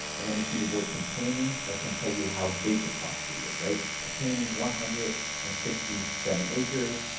and then you see the word containing. that's going to tell you have big the property is, right? containing one hundred and sixty seven acres.